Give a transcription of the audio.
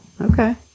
Okay